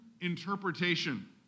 interpretation